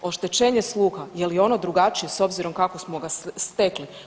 Oštećenje sluha je li ono drugačije s obzirom kako smo ga stekli?